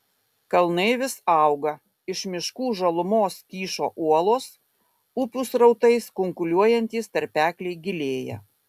kalnai vis auga iš miškų žalumos kyšo uolos upių srautais kunkuliuojantys tarpekliai gilėja